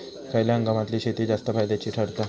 खयल्या हंगामातली शेती जास्त फायद्याची ठरता?